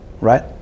right